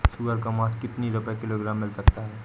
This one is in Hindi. सुअर का मांस कितनी रुपय किलोग्राम मिल सकता है?